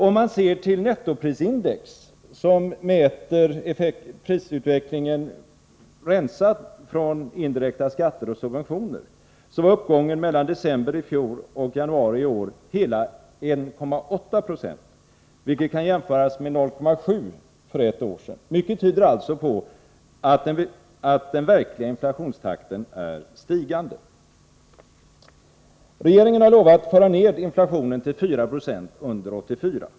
Om man ser till nettoprisindex, som mäter prisutvecklingen rensad från indirekta skatter och subventioner, var uppgången mellan december i fjol och januari i år hela 1,8 90, vilket kan jämföras med 0,7 Io för ett år sedan. Mycket tyder alltså på att den verkliga inflationstakten är stigande. Regeringen har lovat att föra ned inflationen till 4 90 under 1984.